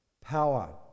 power